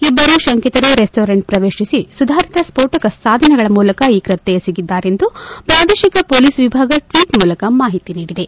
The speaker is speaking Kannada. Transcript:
ಇಬ್ಬರು ಶಂಕಿತರು ರೆಸ್ಸೊರೆಂಟ್ ಪ್ರವೇಶಿಸಿ ಸುಧಾರಿತ ಸ್ಫೋಟಕ ಸಾಧನಗಳ ಮೂಲಕ ಈ ಕೃತ್ಯ ಎಸಗಿದ್ದಾರೆ ಎಂದು ಪ್ರಾದೇಶಿಕ ಪೊಲೀಸ್ ವಿಭಾಗ ಟ್ವೀಟ್ ಮೂಲಕ ಮಾಹಿತಿ ನೀಡಿದೆ